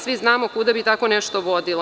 Svi znamo kuda bi takvo nešto vodilo.